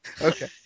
Okay